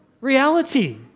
reality